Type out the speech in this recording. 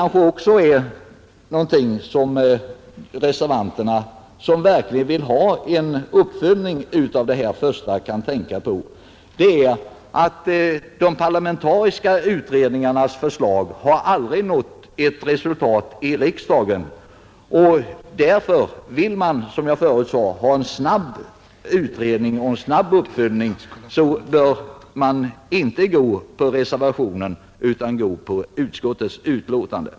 Någonting som reservanterna, som verkligen vill ha en uppföljning av den första etappen, också kan tänka på är kanske att de parlamentariska utredningarnas förslag aldrig har lett till ett resultat i riksdagen. Vill man, som jag förut sade, ha en snabb utredning och en snabb uppföljning, så bör man inte biträda reservationen utan utskottets hemställan.